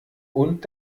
und